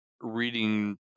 reading